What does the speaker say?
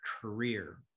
career